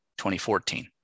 2014